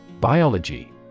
Biology